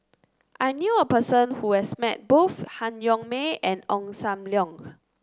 I knew a person who has met both Han Yong May and Ong Sam Leong